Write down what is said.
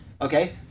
okay